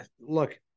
Look